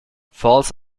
false